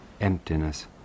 Emptiness